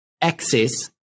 access